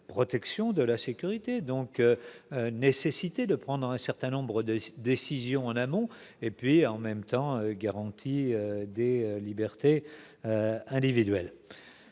protection de la sécurité donc nécessité de prendre un certain nombre de décisions en amont et puis en même temps, garantie des libertés individuelles,